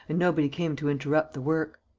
and nobody came to interrupt the work.